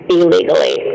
illegally